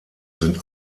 sind